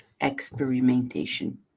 experimentation